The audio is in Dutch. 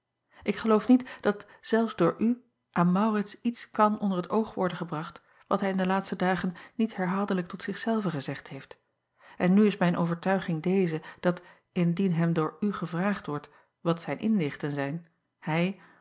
k geloof niet dat zelfs door u aan aurits iets kan onder t oog worden gebracht wat hij in de laatste dagen niet herhaaldelijk tot zich zelven gezegd heeft en nu is mijn overtuiging deze dat indien hem door u gevraagd wordt wat zijn inzichten zijn hij